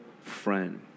friend